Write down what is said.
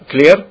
Clear